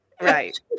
Right